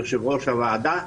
יושב-ראש הוועדה,